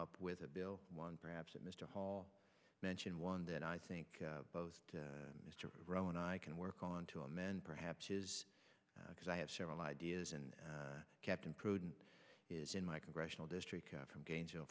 up with a bill one perhaps that mr hall mentioned one that i think both mr row and i can work on to amend perhaps because i have several ideas and kept imprudent is in my congressional district from gainesville